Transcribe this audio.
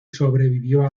sobrevivió